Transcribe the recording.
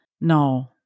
no